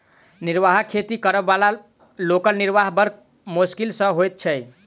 निर्वाह खेती करअ बला लोकक निर्वाह बड़ मोश्किल सॅ होइत छै